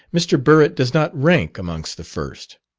mr. burritt does not rank amongst the first.